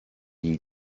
you